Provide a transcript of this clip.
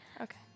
Okay